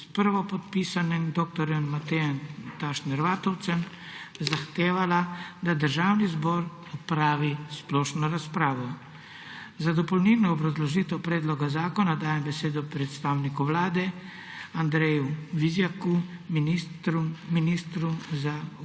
s prvopodpisanim dr. Matejem Tašnerjem Vatovcem zahtevala, da Državni zbor opravi splošno razpravo. Za dopolnilno obrazložitev predloga zakona dajem besedo predstavniku Vlade Andreju Vizjaku, ministru za okolje